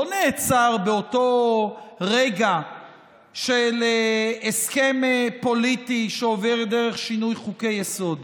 לא נעצר באותו רגע של הסכם פוליטי שעובר דרך שינוי חוקי-יסוד,